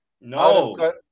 no